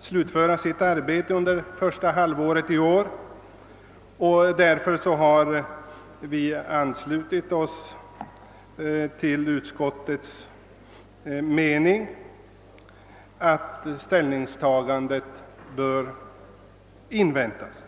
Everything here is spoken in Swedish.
slutföra sitt arbete under första halvåret i år, och vi ansluter oss till utskottsmajoritetens mening att ställningstagandet till kommitténs förslag bör inväntas.